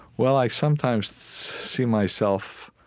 well, i sometimes see myself,